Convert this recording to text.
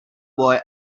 boy